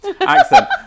Accent